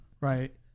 right